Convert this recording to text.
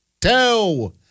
Two